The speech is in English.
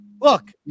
Look